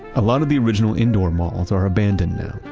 a lot of the original indoor malls are abandoned now.